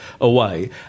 away